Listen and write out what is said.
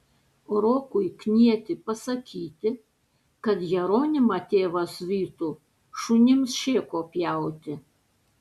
rokui knieti pasakyti kad jeronimą tėvas vytų šunims šėko pjauti